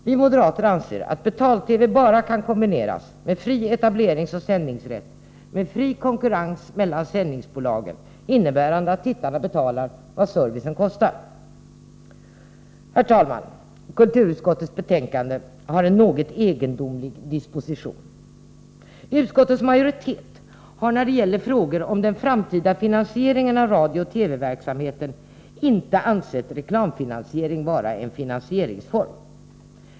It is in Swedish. Vi moderater anser att betal-TV bara kan kombineras med fri etableringsoch sändningsrätt och fri konkurrens mellan sändningsbolagen, innebärande att tittarna betalar vad servicen kostar. Herr talman! Kulturutskottets betänkande har en något egendomlig disposition. Utskottets majoritet har när det gäller frågor om den framtida finansieringen av radiooch TV-verksamheten inte ansett reklamfinansiering vara en finansieringsform.